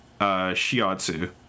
shiatsu